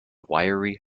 wiry